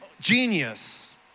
genius